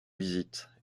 visite